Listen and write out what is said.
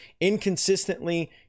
Inconsistently